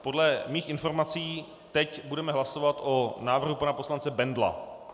Podle mých informací teď budeme hlasovat o návrhu pana poslance Bendla.